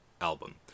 album